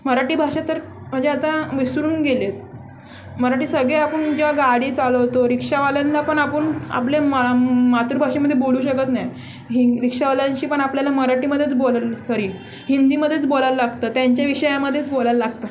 मराठी भाषा तर म्हणजे आता विसरून गेलेत मराठी सगळे आपण जेव्हा गाडी चालवतो रिक्षावाल्यांला पण आपण आपल्या म मातृभाषेमध्ये बोलू शकत नाही हि रिक्षावाल्यांशी पण आपल्याला मराठीमध्येच बोला सॉरी हिंदीमध्येच बोलायला लागतं त्यांच्या विषयामध्येच बोला लागतं